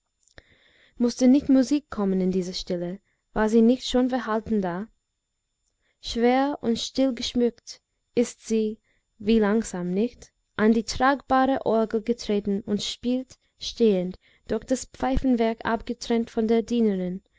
mußte nicht musik kommen in diese stille war sie nicht schon verhalten da schwer und still geschmückt ist sie wie langsam nicht an die tragbare orgel getreten und spielt stehend durch das pfeifenwerk abgetrennt von der dienerin